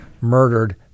murdered